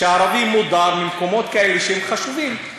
והערבי מודר ממקומות כאלה שהם חשובים.